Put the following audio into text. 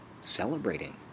celebrating